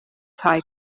tai